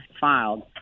filed